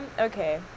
Okay